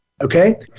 Okay